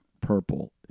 Purple